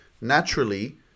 naturally